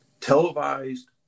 televised